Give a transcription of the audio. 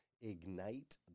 ignite